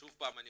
שוב אני אומר,